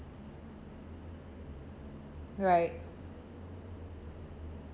right